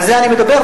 על זה אני מדבר,